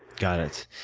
got it.